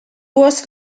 was